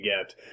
get